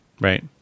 right